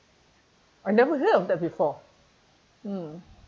I never heard of that before mm